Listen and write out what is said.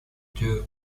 two